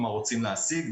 מה רוצים להשיג,